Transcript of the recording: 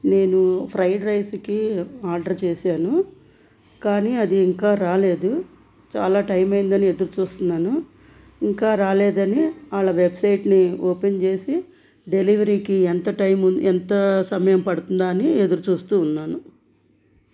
నేను ఫ్రైడ్ రైస్కి ఆర్డర్ చేసాను కానీ అది ఇంకా రాలేదు చాలా టైం అయిందని ఎదురుచూస్తున్నాను ఇంకా రాలేదని వాళ్ళ వెబ్సైట్ని ఓపెన్ చేసి డెలివరీకి ఎంత టైం ఎంత సమయం పడుతుందా అని ఎదురుచూస్తూ ఉన్నాను